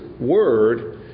word